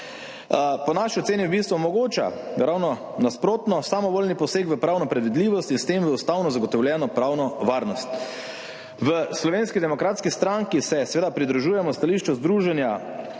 Po naši oceni v bistvu omogoča ravno nasprotno – samovoljni poseg v pravno predvidljivost in s tem v ustavno zagotovljeno pravno varnost. V Slovenski demokratski stranki se seveda pridružujemo stališču Združenja